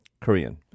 Korean